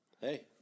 Hey